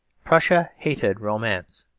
prussia hated romance.